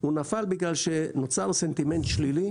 הוא נפל בגלל שבזמן קצר מאוד נוצר סנטימנט שלילי,